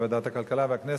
בוועדת הכלכלה ובכנסת,